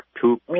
two